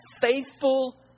faithful